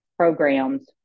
programs